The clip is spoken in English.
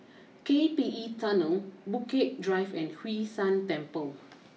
K P E Tunnel Bukit Drive and Hwee San Temple